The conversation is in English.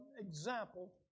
example